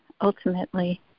ultimately